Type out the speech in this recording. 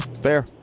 fair